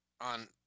on